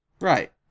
Right